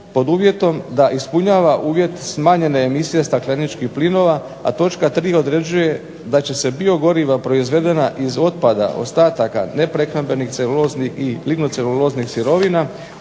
pod uvjetom da ispunjava uvjet smanjene emisije stakleničkih plinova, a točka 3. određuje da će se biogoriva proizvedena iz otpada, ostataka neprehrambenih, celuloznih i lignoceluloznih sirovina